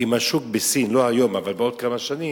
עם השוק בסין, לא היום אבל בעוד כמה שנים,